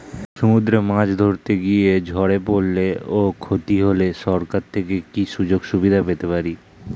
সমুদ্রে মাছ ধরতে গিয়ে ঝড়ে পরলে ও ক্ষতি হলে সরকার থেকে কি সুযোগ সুবিধা পেতে পারি?